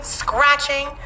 scratching